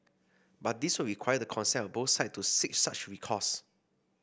but this would require the consent of both side to seek such recourse